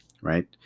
right